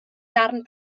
darn